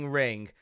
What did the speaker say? ring